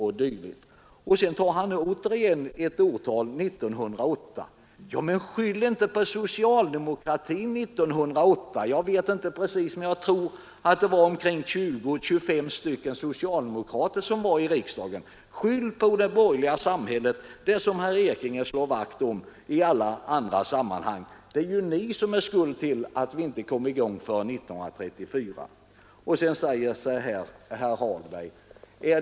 Då kunde man ju se in i framtiden. Jag återkommer till det, herr Hagberg, litet senare. Men nu diskuterar vi dessa frågor utifrån dagens situation. Självfallet kan förhållandena ändras. Ja, jag vet att det kommer att bli ändringar i framtiden. På vilka punkter vet jag i dag inte, men att ändringar kommer att göras är jag helt övertygad om.